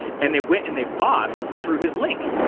and they went and they bought through his link.